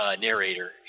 narrator